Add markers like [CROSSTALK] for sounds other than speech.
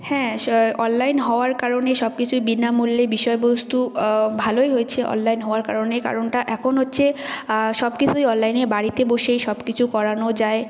হ্যাঁ [UNINTELLIGIBLE] অনলাইন হওয়ার কারণে সব কিছুই বিনামূল্যে বিষয়বস্তু ভালোই হয়েছে অনলাইন হওয়ার কারণে কারণটা এখন হচ্ছে সব কিছুই অললাইনে বাড়িতে বসেই সব কিছু করানো যায়